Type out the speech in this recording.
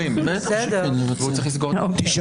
בטח